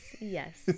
Yes